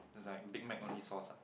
is like Big Mac only sauce ah